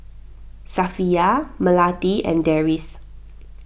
Safiya Melati and Deris